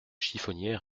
chiffonnier